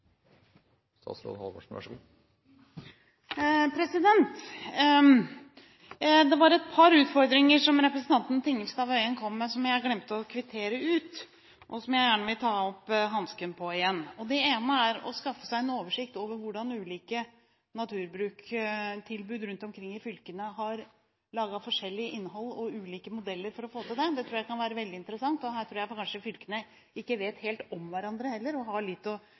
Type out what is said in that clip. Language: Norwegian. Det var et par utfordringer representanten Tingelstad Wøien kom med, som jeg glemte å kvittere ut, og hvor jeg gjerne vil ta opp hansken igjen. Det ene er å skaffe seg en oversikt over hvordan ulike naturbrukstilbud rundt omkring i fylkene har laget forskjellig innhold og ulike modeller for å få til dette. Det tror jeg kan være veldig interessant. Her tror jeg kanskje fylkene ikke helt vet om hverandre